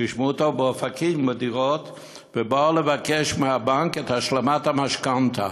תשמעו טוב, ובאו לבקש מהבנק את השלמת המשכנתה,